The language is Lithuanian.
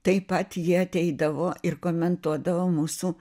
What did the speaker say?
taip pat jie ateidavo ir komentuodavo mūsų